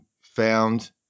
found